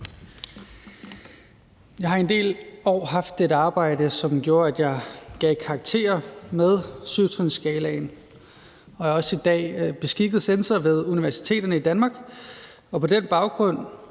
Jeg har i en del år haft et arbejde, som gjorde, at jeg gav karakterer med syvtrinsskalaen, og jeg er i dag også beskikket censor ved universiteterne i Danmark, og på den baggrund